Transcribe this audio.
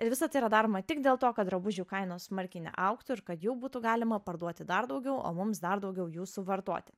ir visa tai yra daroma tik dėl to kad drabužių kainos smarkiai neaugtų ir kad jų būtų galima parduoti dar daugiau o mums dar daugiau jų suvartoti